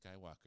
skywalker